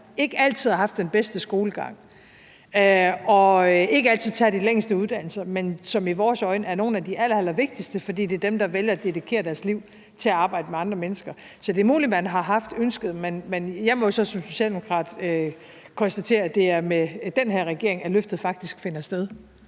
ikke altid har haft den bedste skolegang, og som ikke altid tager de længste uddannelser, men som i vores øjne er nogle af de allerallervigtigste, fordi det er dem, der vælger at dedikere deres liv til at arbejde med andre mennesker. Så det er muligt, at man har haft ønsket, men jeg må jo så som socialdemokrat konstatere, at det er med den her regering, at løftet faktisk finder sted.